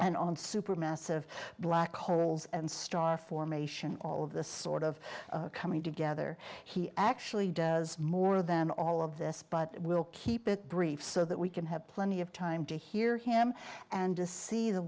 and on super massive black holes and star formation all of this sort of coming together he actually does more than all of this but we'll keep it brief so that we can have plenty of time to hear him and to see the